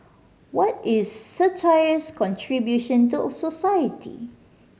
what is satire's contribution to society